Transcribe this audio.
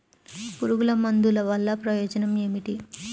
పురుగుల మందుల వల్ల ప్రయోజనం ఏమిటీ?